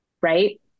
Right